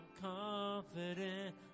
confident